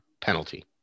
penalty